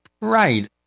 Right